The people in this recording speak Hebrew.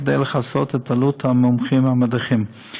כדי לכסות את עלות המומחים המדריכים.